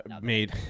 Made